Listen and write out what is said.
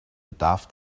bedarf